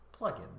plugins